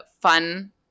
fun